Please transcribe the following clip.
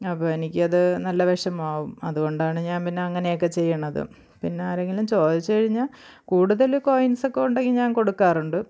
അപ്പോൾ എനിക്ക് അത് നല്ല വിഷമാവും അതുകൊണ്ടാണ് ഞാന് പിന്നെ അങ്ങനെയൊക്കെ ചെയ്യുന്നത് പിന്നെ ആരെങ്കിലും ചോദിച്ചു കഴിഞ്ഞാൽ കൂടുതൽ കോയിന്സൊക്കെ ഉണ്ടെങ്കിൽ ഞാന് കൊടുക്കാറുണ്ട്